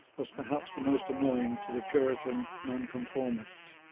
was perhaps the most annoying to the puritan nonconformists.